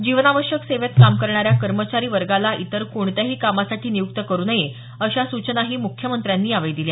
जीवनावश्यक सेवेत काम करणाऱ्या कर्मचारी वर्गाला इतर कोणत्याही कामासाठी नियुक्त करू नये अशा सूचनाही मुख्यमंत्र्यांनी यावेळी दिल्या